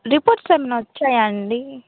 reports ఏమైనా వచ్చాయా అండి